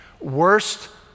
Worst